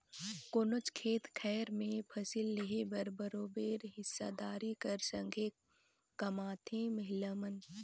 कोनोच खेत खाएर में फसिल लेहे में बरोबेर हिस्सादारी कर संघे कमाथें महिला मन